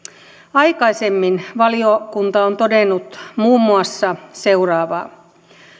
aikaisemmin valiokunta on todennut muun muassa seuraavaa perustuslain